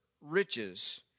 riches